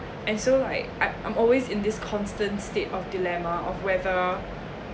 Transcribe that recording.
and so like I I'm always in this constant state of dilemma of whether